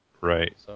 Right